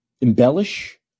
embellish